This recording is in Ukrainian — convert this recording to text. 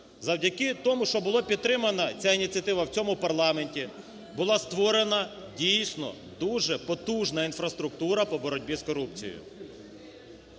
завдяки тому, що була підтримана ця ініціатива в цьому парламенті була створена дійсно дуже потужна інфраструктура по боротьбі з корупцією.